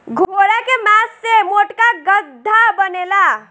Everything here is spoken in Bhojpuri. घोड़ा के मास से मोटका गद्दा बनेला